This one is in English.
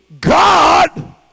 God